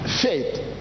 Faith